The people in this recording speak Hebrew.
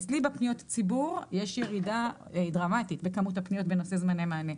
אצלי בפניות הציבור יש ירידה דרמטית בכמות הפניות בנושא זמני מענה.